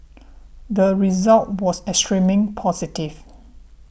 the result was extremely positive